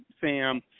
Sam